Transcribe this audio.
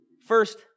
First